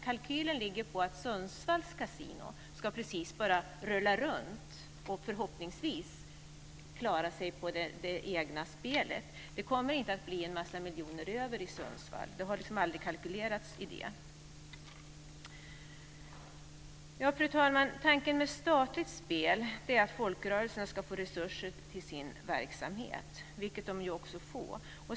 Kalkylen ligger på att Sundsvalls kasino precis ska gå runt och förhoppningsvis klara sig på det egna spelet. Det kommer inte att bli en massa miljoner över i Sundsvall. Det har aldrig kalkylerats med det. Fru talman! Tanken med statligt spel är att folkrörelserna ska få resurser till sin verksamhet, vilket man ju också får.